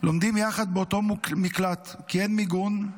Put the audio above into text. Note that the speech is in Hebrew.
לומדים יחד באותו מקלט, כי אין מיגון,